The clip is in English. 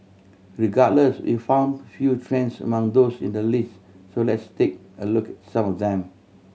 regardless we found few trends among those in the list so let's take a loo some of them